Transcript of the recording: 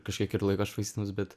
kažkiek ir laiko švaistymas bet